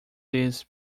these